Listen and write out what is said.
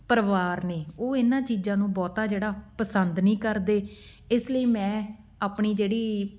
ਪਰਿਵਾਰ ਨੇ ਉਹ ਇਹਨਾਂ ਚੀਜ਼ਾਂ ਨੂੰ ਬਹੁਤਾ ਜਿਹੜਾ ਪਸੰਦ ਨਹੀਂ ਕਰਦੇ ਇਸ ਲਈ ਮੈਂ ਆਪਣੀ ਜਿਹੜੀ